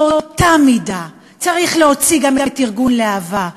באותה מידה צריך להוציא גם את ארגון להב"ה,